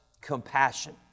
compassion